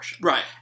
Right